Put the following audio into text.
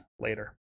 later